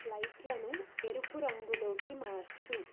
లైట్లను ఎరుపు రంగులోకి మార్చుము